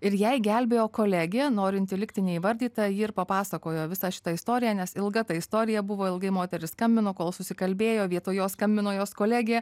ir jai gelbėjo kolegija norinti likti neįvardyta ji ir papasakojo visą šitą istoriją nes ilga ta istorija buvo ilgai moteris skambino kol susikalbėjo vietoj jos skambino jos kolegė